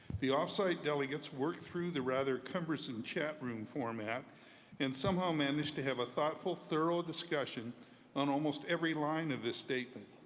the off-site delegates work through the rather cumbersome chat room format and somehow manage to have a thoughtful, thorough discussion on almost every line of this statement.